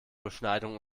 beschneidung